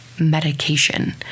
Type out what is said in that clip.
Medication